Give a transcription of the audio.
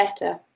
better